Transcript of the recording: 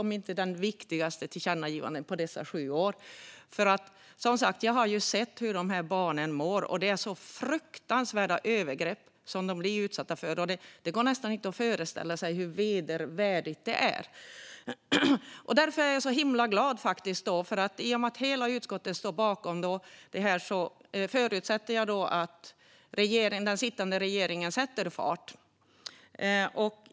Det är kanske det viktigaste tillkännagivandet under dessa sju år. Jag har som sagt sett hur dessa barn mår. Det är fruktansvärda övergrepp som de utsätts för - det går nästan inte att föreställa sig hur vedervärdigt det är. Det är därför jag är så himla glad över att hela utskottet står bakom tillkännagivandet, och jag förutsätter att den sittande regeringen sätter fart.